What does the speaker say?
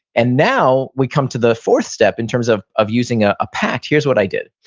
and now we come to the fourth step, in terms of of using a ah pact. here's what i did.